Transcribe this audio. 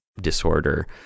disorder